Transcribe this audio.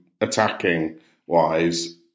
attacking-wise